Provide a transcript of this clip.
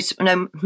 no